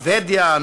שבדיה,